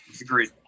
Agreed